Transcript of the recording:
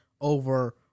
over